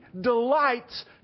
delights